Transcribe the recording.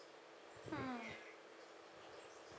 hmm